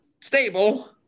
stable